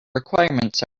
requirements